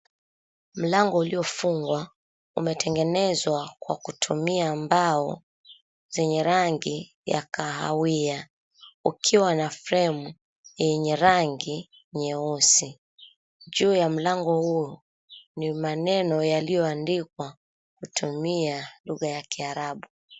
Mlango uliofungwa umetengenezwa kutumia mbao zenye rangi ya kahawia ukiwa na fremu yenye rangi nyeusi. Juu ya mlango huo ni maneno yaliyoandikwa kutumia lugha ya Kiarabu.